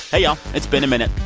yeah it's been a minute.